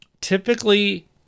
Typically